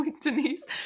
denise